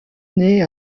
naît